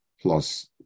plus